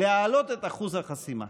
להעלות את אחוז החסימה.